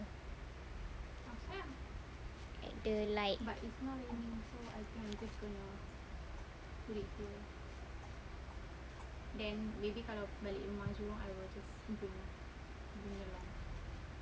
the light